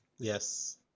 Yes